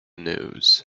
news